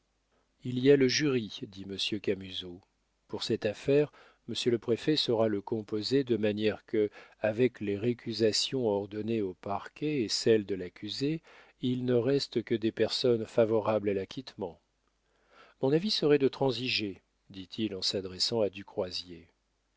il y a le jury dit monsieur camusot pour cette affaire monsieur le préfet saura le composer de manière que avec les récusations ordonnées au parquet et celles de l'accusé il ne reste que des personnes favorables à l'acquittement mon avis serait de transiger dit-il en s'adressant à du croisier